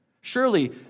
Surely